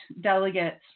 delegates